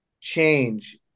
change